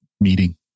meeting